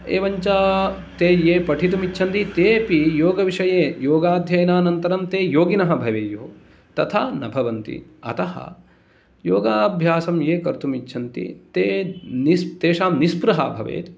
एवञ्च ते ये पठितुम् इच्छन्ति ते अपि योगविषये योगाध्ययनानन्तरं ते योगिनः भवेयुः तथा न भवन्ति अतः योगाभ्यासं ये कर्तुम् इच्छन्ति ते निस् तेषां निष्पृहा भवेत्